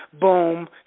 boom